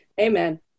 Amen